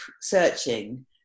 searching